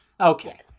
Okay